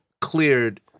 cleared